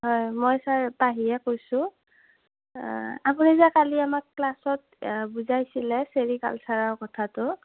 হয় মই ছাৰ পাহিয়ে কৈছোঁ আপুনি যে কালি আমাক ক্লাছত বুজাইছিলে চেৰিকালচাৰৰ কথাটো